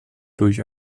durch